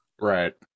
Right